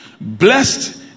Blessed